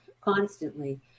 constantly